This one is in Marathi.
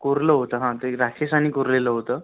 कोरलं होतं हा ते राक्षसांनी कोरलेलं होतं